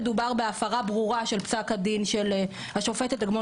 מדובר בהפרה ברורה של פסק הדין של השופטת אגמון